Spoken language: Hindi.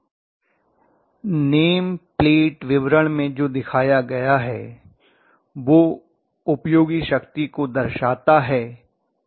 छात्र नेम प्लेट विवरण में जो दिया गया है वह उपयोगी शक्ति को दर्शाता है क्या ऐसा है